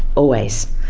always.